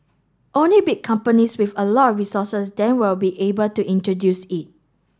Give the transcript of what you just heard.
only big companies with a lot of resources then will be able to introduce it